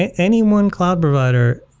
any one cloud provider,